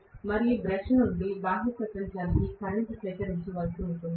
మరియు బ్రష్ నుండి నేను బాహ్య ప్రపంచానికి కరెంట్ సేకరించవలసి ఉంటుంది